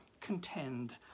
contend